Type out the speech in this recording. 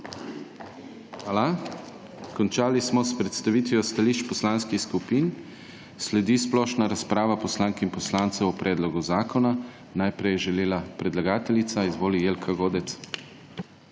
Hvala. Končali smo s predstavitvijo stališč poslanskih skupin. Sledi splošna razprava poslank in poslancev o predlogu zakona. Najprej je želela predlagateljica. Izvoli, Jelka Godec.